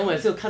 I think